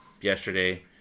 yesterday